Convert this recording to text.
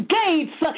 gates